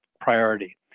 priority